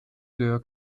sehr